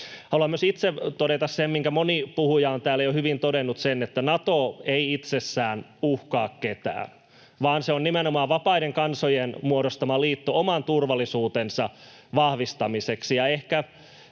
Haluan myös itse todeta sen, minkä moni puhuja on täällä jo hyvin todennut, että Nato ei itsessään uhkaa ketään, vaan se on nimenomaan vapaiden kansojen muodostama liitto oman turvallisuutensa vahvistamiseksi.